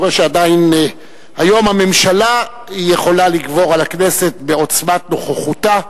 אני רואה שהיום הממשלה יכולה לגבור על הכנסת בעוצמת נוכחותה,